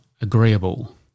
agreeable